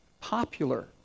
popular